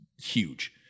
huge